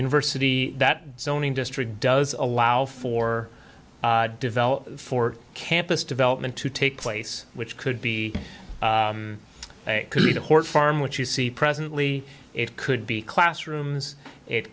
university that zoning district does allow for developed for campus development to take place which could be a horse farm which you see presently it could be classrooms it